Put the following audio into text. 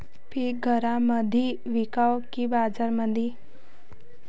पीक घरामंदी विकावं की बाजारामंदी?